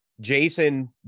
Jason